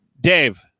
Dave